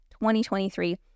2023